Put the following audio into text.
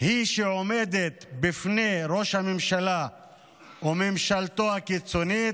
היא שעומדת בפני ראש הממשלה וממשלתו הקיצונית,